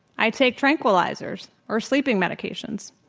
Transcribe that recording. i take tranquilizers or sleeping medications.